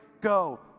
Go